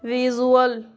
visual